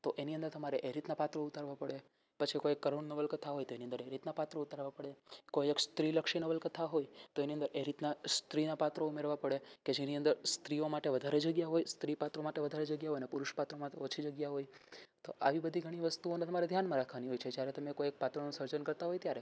તો એની અંદર તમારે એ રીતના પાત્રો ઉતારવા પડે પછી કોઈ કરુણ નવલકથા હોય તો એ રીતના પાત્રો ઉતારવા પડે કોઈ એક સ્ત્રી લક્ષી નવલકથા હોય તો એની અંદર એ રીતના સ્ત્રીનાં પાત્રો ઉમેરવાં પડે કે જેની અંદર સ્ત્રીઓ માટે વધારે જગ્યા હોય સ્ત્રી પાત્રો માટે વધારે જગ્યા હોય અને પુરુષ પાત્રો માટે ઓછી જગ્યા હોય તો આવી બધી ઘણી વસ્તુઓને તમારે ધ્યાનમાં રાખવાની હોય છે જ્યારે તમે કોઈ એક પાત્રનું સર્જન કરતા હોય ત્યારે